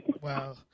wow